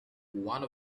one